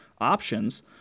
options